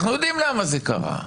אנחנו יודעים למה זה קרה.